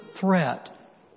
threat